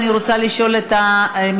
אני רוצה לשאול את המסתייגים,